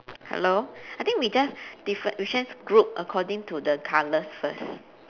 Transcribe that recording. hello I think we just diff~ we just group according to the colours first